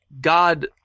God